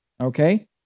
Okay